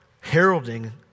heralding